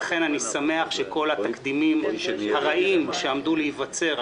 לכן אני שמח שכל התקדימים הרעים שעמדו להיווצר,